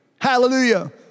Hallelujah